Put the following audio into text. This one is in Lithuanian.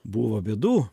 buvo bėdų